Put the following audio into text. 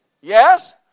Yes